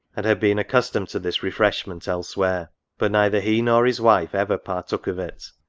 and had been accustomed to this refreshment elsewhere but neither he nor his wife ever partook of it.